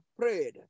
prayed